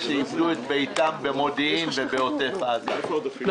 שיבנו את ביתם במודיעין ובעוטף עזה.